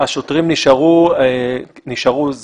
השוטרים נשארו זמן.